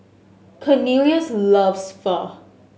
Cornelious loves Pho